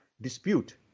dispute